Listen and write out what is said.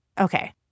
okay